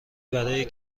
برای